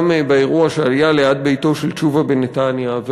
גם באירוע שהיה ליד ביתו של תשובה בנתניה,